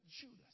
Judas